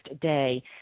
day